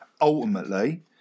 Ultimately